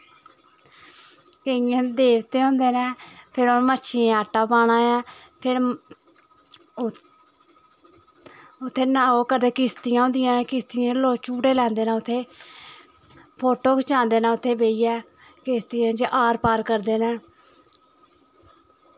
केइयें देवते होंदे न फिर उ'नें मच्छियें आटा पाना ऐ फिर उत्थै ओह् करदे किस्तियां होंदियां न किस्तियें पर लोग झूटे लांदे न उत्थै फोटो खचांदे न बेहियै उत्थै किश्तियें च आर पार करदे न